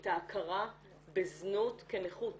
את ההכרה בזנות כנכות.